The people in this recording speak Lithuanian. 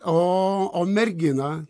o o mergina